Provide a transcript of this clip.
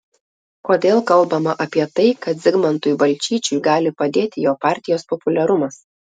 kodėl kalbama apie tai kad zigmantui balčyčiui gali padėti jo partijos populiarumas